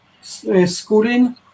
schooling